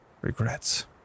regrets